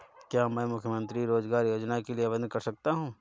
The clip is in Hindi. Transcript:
क्या मैं मुख्यमंत्री रोज़गार योजना के लिए आवेदन कर सकता हूँ?